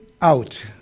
out